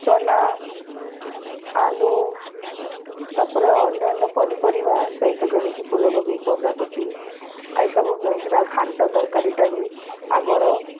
ଚନା ଆଲୁ ତାପରେ ଅନ୍ୟ ଅନ୍ୟ ପନିପରିବା ସହିତ ଯେମିତି ଫୁଲକୋବି ବନ୍ଧା କୋବି ଏଇସବୁ ଦେଇକିନା ଘାଣ୍ଟ ତରକାରୀଟା ବି ଆଗର